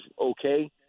okay